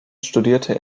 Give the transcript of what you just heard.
studierte